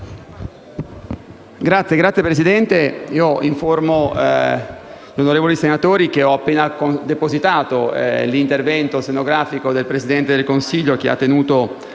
Signor Presidente, informo gli onorevoli senatori che ho appena depositato l'intervento stenografico che il Presidente del Consiglio ha tenuto